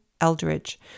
Eldridge